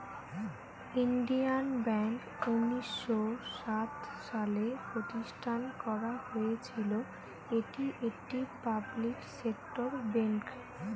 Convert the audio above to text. Indian Bank উনিশ শ সাত সালে প্রতিষ্ঠান করা হয়েছিল, এটি একটি পাবলিক সেক্টর বেঙ্ক